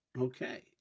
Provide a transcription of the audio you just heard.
Okay